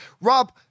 Rob